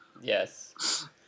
yes